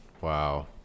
Wow